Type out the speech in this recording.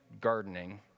gardening